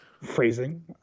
phrasing